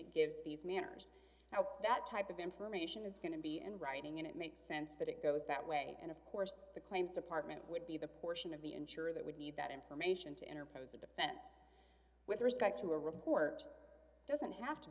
it gives these manners how that type of information is going to be in writing and it makes sense that it goes that way and of course the claims department would be the portion of the ensure that would need that information to interpose the defense with respect to a report doesn't have to